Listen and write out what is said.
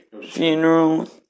Funeral